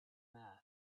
mat